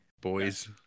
boys